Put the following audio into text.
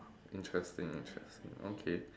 interesting interesting okay